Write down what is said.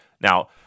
Now